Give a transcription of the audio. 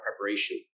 preparation